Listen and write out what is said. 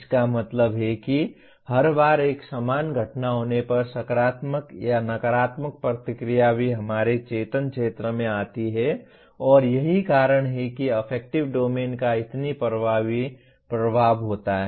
इसका मतलब है कि हर बार एक समान घटना होने पर सकारात्मक या नकारात्मक प्रतिक्रिया भी हमारे चेतन क्षेत्र में आती है और यही कारण है कि अफेक्टिव डोमेन का इतना प्रभावी प्रभाव होता है